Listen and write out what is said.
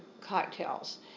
cocktails